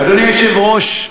אדוני היושב-ראש,